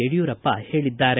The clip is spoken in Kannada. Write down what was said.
ಯಡಿಯೂರಪ್ಪ ಹೇಳಿದ್ದಾರೆ